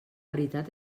veritat